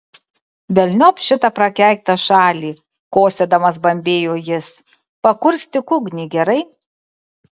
velniop šitą prakeiktą šalį kosėdamas bambėjo jis pakurstyk ugnį gerai